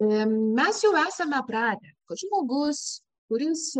mes jau esame pratę kad žmogus kuris